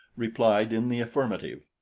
replied in the affirmative.